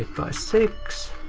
by six.